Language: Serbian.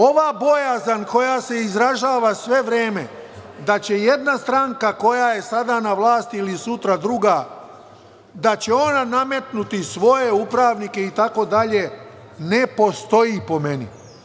Ova bojazan koja se izražava sve vreme da će jedna stranka koja je sada na vlasti ili sutra druga, da će ona nametnuti svoje upravnike itd. ne postoji po meni.